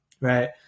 right